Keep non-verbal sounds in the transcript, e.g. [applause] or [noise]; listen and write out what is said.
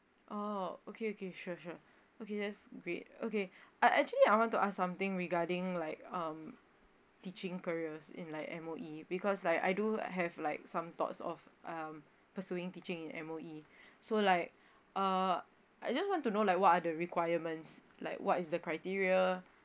oh okay okay sure sure okay that's great okay [breath] I actually I want to ask something regarding like um teaching careers in like M_O_E because like I do have like some thoughts of um pursuing teaching in M_O_E [breath] so like uh I just want to know like what are the requirements like what is the criteria